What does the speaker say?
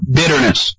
bitterness